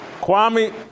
Kwame